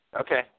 Okay